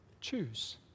choose